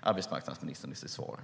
arbetsmarknadsministern i sitt svar.